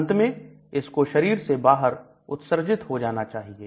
अंत में इसको शरीर से बाहर उत्सर्जित हो जाना चाहिए